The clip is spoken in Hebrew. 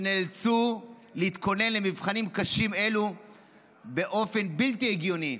שנאלצו להתכונן למבחנים קשים אלו באופן בלתי הגיוני,